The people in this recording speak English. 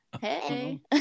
Hey